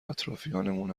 اطرافیانمون